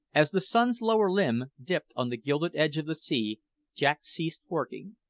as the sun's lower limb dipped on the gilded edge of the sea jack ceased working,